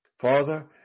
Father